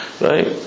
Right